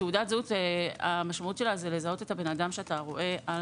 של תעודת הזהות היא לזהות את הבן אדם שאתה רואה.